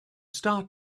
start